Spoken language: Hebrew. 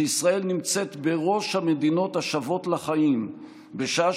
שישראל נמצאת בראש המדינות השבות לחיים בשעה